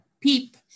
PEEP